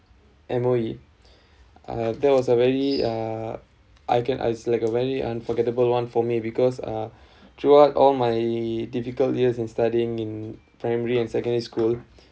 M_O_E uh that was a very uh I can I like a very unforgettable one for me because uh throughout all my difficult years in studying in primary and secondary school